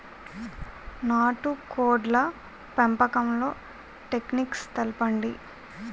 నాటుకోడ్ల పెంపకంలో టెక్నిక్స్ తెలుపండి?